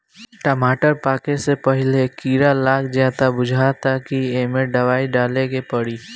टमाटर पाके से पहिले कीड़ा लाग जाता बुझाता कि ऐइमे दवाई डाले के पड़ी